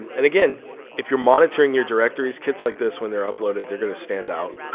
and again if you're monitoring. your directories kits, like, this, when they're uploaded they're, gonna stand out